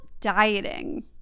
dieting